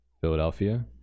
Philadelphia